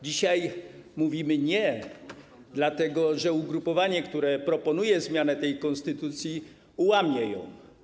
Dzisiaj mówimy: nie, dlatego że ugrupowanie, które proponuje zmianę tej konstytucji, łamie ją.